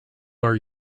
are